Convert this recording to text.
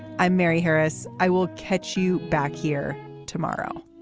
i'm mary harris. i will catch you back here tomorrow